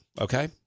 okay